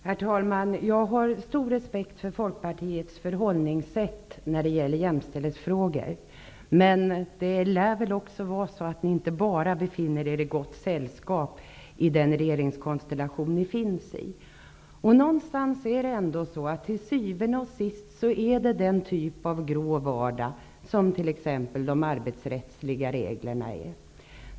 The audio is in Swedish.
Herr talman! Jag har stor respekt för Folkpartiets förhållningssätt i jämställdhetsfrågor. Men det lär väl också vara så att ni inte bara befinner er i gott sällskap i den nuvarande regeringskonstellationen. Till syvende och sist är det den grå vardagen som de arbetsrättsliga reglerna berör.